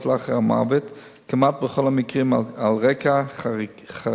לאחר המוות כמעט בכל המקרים על רקע חקירתי,